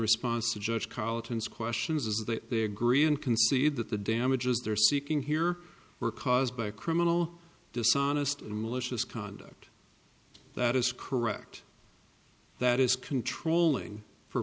response to judge carlton's questions is that they agree and concede that the damages they are seeking here were caused by a criminal dishonest and malicious conduct that is correct that is controlling for